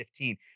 2015